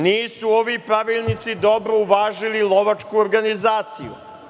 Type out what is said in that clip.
Nisu ovi pravilnici dobro uvažili lovačku organizaciju.